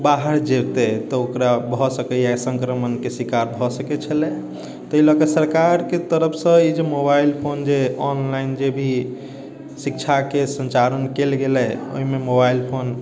बाहर जेतै तऽ ओकरा भऽ सकैया संक्रमण के शिकार भऽ सकै छलै ताहि लएके सरकार के तरफ सॅं ई जे मोबाइल फोन जे ऑनलाइन जे भी शिक्षा के संचालन कयल गेलै ओहिमे मोबाइल फोन